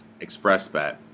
ExpressBet